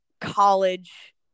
college